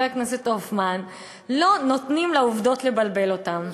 הכנסת הופמן לא נותנים לעובדות לבלבל אותם.